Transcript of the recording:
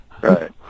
Right